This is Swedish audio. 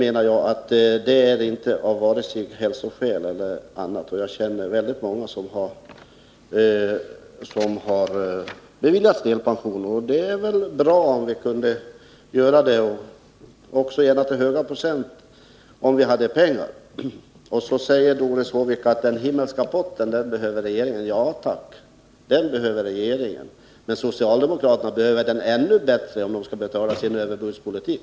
Här är det inte fråga om hälsoskäl e. d. Jag känner många som har beviljats delpension. Det är väl bra om vi kan klara detta, gärna också när det gäller en hög procent, men då krävs det pengar. Doris Håvik säger att regeringen behöver den himmelska potten. Ja tack, den behöver regeringen, men socialdemokraterna behöver den ännu mer, om de skall kunna betala sin överbudspolitik.